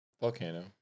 Volcano